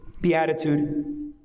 beatitude